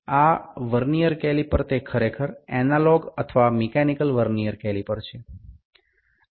આ vernier caliper તે ખરેખર એનાલોગ અથવા મિકેનિકલ વર્નિયર કેલીપર છે